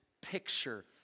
picture